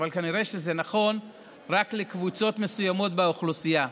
אבל כנראה שזה נכון רק לקבוצות מסוימות באוכלוסייה.